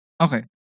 Okay